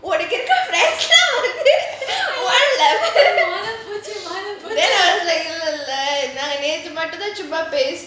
உன் கிட்ட:un kita rest lah வந்து:vanthu then I was like நாங்க நேத்து மட்டும் தான் சும்மா பேசிட்டு:naanga nethu mattumthaan chumma pesitu